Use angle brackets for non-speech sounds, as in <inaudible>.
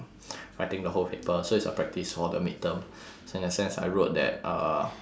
<breath> writing the whole paper so it's a practice for the midterm <breath> so in a sense I wrote that uh